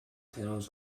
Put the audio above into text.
titles